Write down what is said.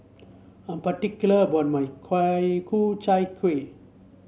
I am particular about my Ku Chai Kuih